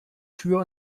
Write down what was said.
tür